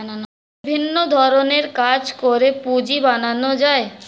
বিভিন্ন ধরণের কাজ করে পুঁজি বানানো যায়